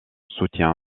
soutien